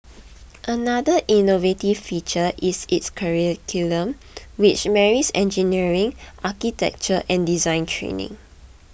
another innovative feature is its curriculum which marries engineering architecture and design training